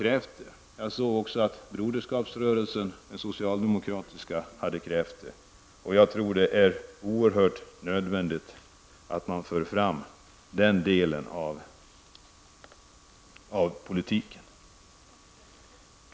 Jag såg att också den socialdemokratiska broderskapsrörelsen ställt motsvarande krav, och jag tror det är mycket nödvändigt att föra fram dem i politiken.